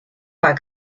pas